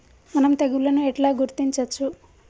మనం తెగుళ్లను ఎట్లా గుర్తించచ్చు?